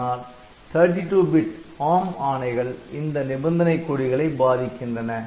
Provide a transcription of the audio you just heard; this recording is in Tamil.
ஆனால் 32 பிட் ARM ஆணைகள் இந்த நிபந்தனை கொடிகளை பாதிக்கின்றன